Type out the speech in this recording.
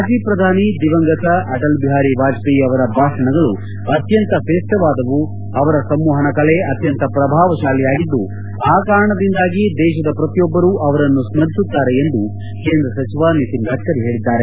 ಮಾಜಿ ಪ್ರಧಾನಿ ದಿವಂಗತ ಅಟಲ್ ಬಿಹಾರಿ ವಾಜಪೇಯಿ ಅವರ ಭಾಷಣಗಳು ಅತ್ತಂತ ಶ್ರೇಷ್ಟವಾದವು ಅವರ ಸಂವಹನ ಕಲೆ ಅತ್ಯಂತ ಪ್ರಭಾವಶಾಲಿಯಾಗಿದ್ದು ಆ ಕಾರಣದಿಂದಾಗಿ ದೇಶದ ಪ್ರತಿಯೊಬ್ಬರು ಅವರನ್ನು ಸ್ಪರಿಸುತ್ತಾರೆ ಎಂದು ಕೇಂದ್ರ ಸಚಿವ ನಿತಿನ್ ಗಡ್ಡರಿ ಹೇಳಿದ್ಲಾರೆ